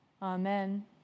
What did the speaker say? Amen